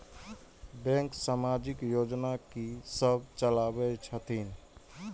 Bank समाजिक योजना की सब चलावै छथिन?